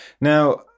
Now